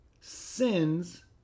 sins